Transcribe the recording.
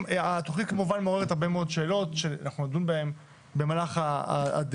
התכנית כמובן מעוררת הרבה מאוד שאלות שאנחנו נדון בהן במהלך הדיון.